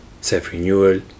self-renewal